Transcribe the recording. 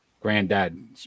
Granddad